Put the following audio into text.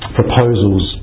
proposals